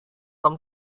tom